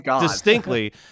distinctly